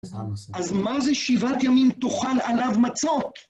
אז מה זה שבעת ימים תוכל עליו מצות?